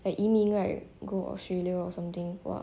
like 移民 right go Australia or something !wah!